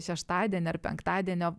šeštadienį ar penktadienio